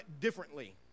differently